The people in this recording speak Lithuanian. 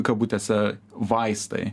kabutėse vaistai